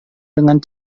dengan